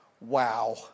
wow